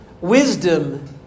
Wisdom